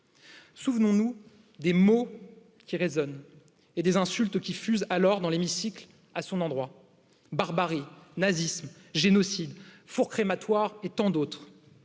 souvenons nous des mots qui résonnent et des insultes qui fusent alors dans l'hémicycle à son endroit barbarie, nazisme, génocide, fourré, matoises et tant d'autres,